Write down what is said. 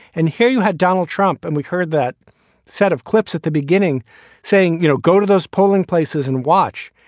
and here you had donald trump and we heard that set of clips at the beginning saying, you know, go to those polling places and watch.